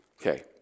Okay